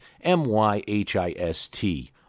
M-Y-H-I-S-T